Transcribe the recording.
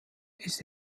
ist